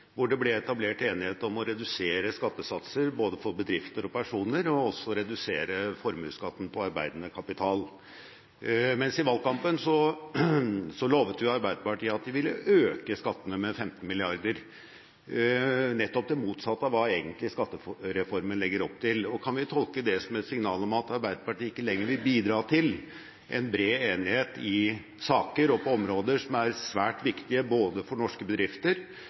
hvor det ble etablert enighet om å redusere skattesatser både for bedrifter og for personer og også redusere formuesskatten på arbeidende kapital – mens Arbeiderpartiet i valgkampen jo lovet at de ville øke skattene med 15 mrd. kr, nettopp det motsatte av hva skattereformen egentlig legger opp til. Kan vi tolke det som et signal om at Arbeiderpartiet ikke lenger vil bidra til en bred enighet i saker og på områder som er svært viktige – både for norske bedrifter,